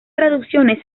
traducciones